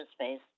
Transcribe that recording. space